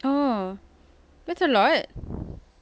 oh that's a lot